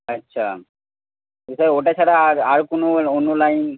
আচ্ছা ওটা ওটা ছাড়া আর আর কোনো অন্য লাইন